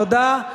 תודה.